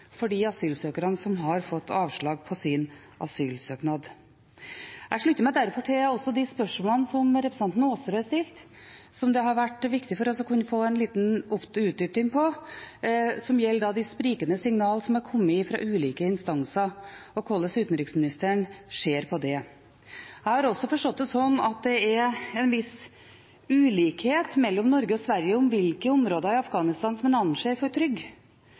for de asylsøkerne som har fått avslag på sin asylsøknad. Jeg slutter meg derfor også til de spørsmålene som representanten Aasrud stilte, og som det har vært viktig for oss å få en liten utdypning av. Det gjelder de sprikende signalene som har kommet fra ulike instanser, og hvordan utenriksministeren ser på det. Jeg har også forstått det sånn at det er en viss ulikhet mellom Norges og Sveriges syn på hvilke områder i Afghanistan man anser som trygge. Det kunne jeg også ønske at statsrådene hadde utdypet i sine sluttkommentarer. Senterpartiet anser